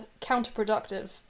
counterproductive